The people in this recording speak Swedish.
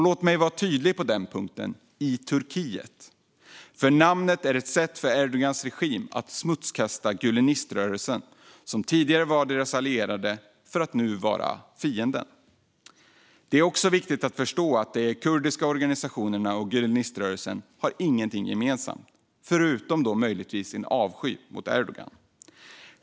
Låt mig vara tydlig med att det är just i Turkiet man kallar den detta. Namnet FETÖ är nämligen ett sätt för Erdogans regim att smutsa ned Güleniströrelsen som tidigare var deras allierade och utmåla dem som fienden. Det är också viktigt att förstå att de kurdiska organisationerna och Güleniströrelsen inte har någonting gemensamt, förutom då möjligtvis sin avsky mot Erdogan.